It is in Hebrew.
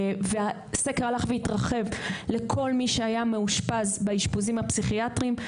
והסקר הלך והתרחב לכל מי שהיה מאושפז באשפוזים הפסיכיאטריים.